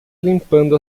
limpando